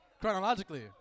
chronologically